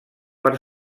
per